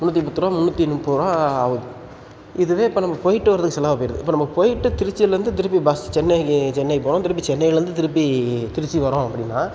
முந்நூற்றி பத்து ருபா முந்நூற்றி முப்பது ருபா ஆகுது இதுவே இப்போ நம்ம போயிட்டு வர்றதுக்கு செலவாக போயிடுது இப்போ நம்ம போயிட்டு திருச்சியில் இருந்து திருப்பி பஸ் சென்னைக்கு சென்னை போகிறோம் திருப்பி சென்னையில் இருந்து திருப்பி திருச்சி வரோம் அப்படின்னால்